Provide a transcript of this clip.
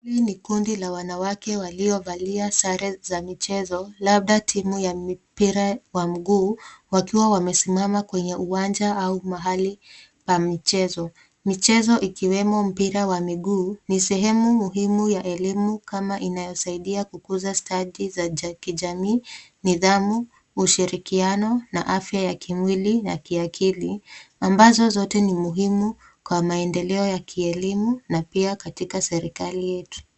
Hili ni kundi la wanawake waliovalia sare za michezo, labda timu ya mipira wa miguu, wakiwa wamesimama kwenye uwanja au mahali pa michezo. Michezo ikiwemo mpira wa miguu, ni sehemu muhimu ya elimu kama inayosaidia kukuza stadi za kijamii, nidhamu, ushirikiano na afya ya kimwili na kiakili, ambazo zote ni muhimu kwa maendeleo ya kielimu na pia katika serikali yetu.